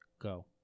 go